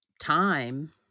time